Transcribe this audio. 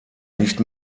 nicht